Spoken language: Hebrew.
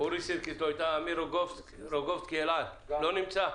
אורי סירקיס לא איתנו, אמיר רוגובסקי לא נמצא?